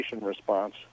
response